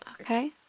Okay